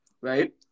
right